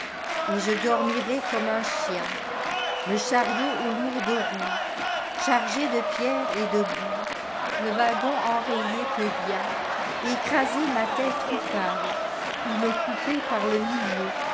et je dormirai comme un chien le chariot aux lourdes roueschargé de pierres et de boues le wagon enrayé peut bien écraser ma tête coupableou me couper par le milieu